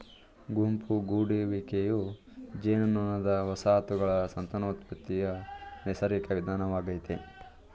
ಗುಂಪು ಗೂಡುವಿಕೆಯು ಜೇನುನೊಣದ ವಸಾಹತುಗಳ ಸಂತಾನೋತ್ಪತ್ತಿಯ ನೈಸರ್ಗಿಕ ವಿಧಾನವಾಗಯ್ತೆ